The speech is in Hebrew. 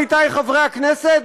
עמיתיי חברי הכנסת,